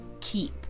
keep